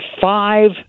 Five